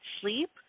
sleep